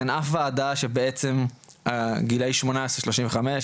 אין אף ועדה שבעצם גילאי 18-35,